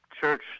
Church